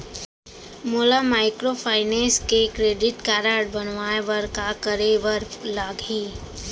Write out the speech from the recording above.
मोला माइक्रोफाइनेंस के credit card बनवाए बर का करे बर लागही?